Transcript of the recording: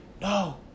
No